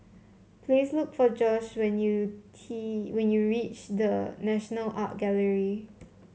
please look for Josh when you T when you reach The National Art Gallery